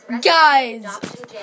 Guys